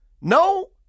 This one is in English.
No